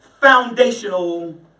Foundational